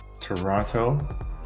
Toronto